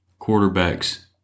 quarterbacks